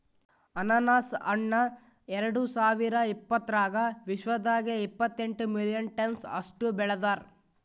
ಅನಾನಸ್ ಹಣ್ಣ ಎರಡು ಸಾವಿರ ಇಪ್ಪತ್ತರಾಗ ವಿಶ್ವದಾಗೆ ಇಪ್ಪತ್ತೆಂಟು ಮಿಲಿಯನ್ ಟನ್ಸ್ ಅಷ್ಟು ಬೆಳದಾರ್